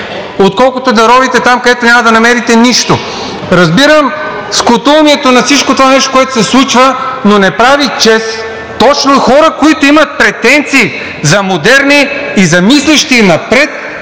отколкото да ровите там, където няма да намерите нищо. Разбирам скудоумието на всичкото това нещо, което се случва, но не прави чест точно на хора, които имат претенции за модерни и за мислещи напред,